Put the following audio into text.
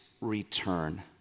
return